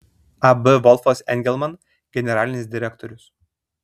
ab volfas engelman generalinis direktorius